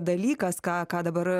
dalykas ką ką dabar